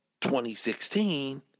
2016